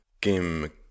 Kim